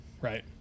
Right